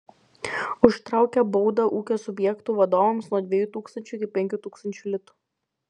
užtraukia baudą ūkio subjektų vadovams nuo dviejų tūkstančių iki penkių tūkstančių litų